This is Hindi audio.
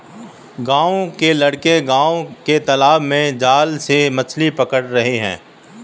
गांव के लड़के गांव के तालाब में जाल से मछली पकड़ रहे हैं